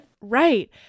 Right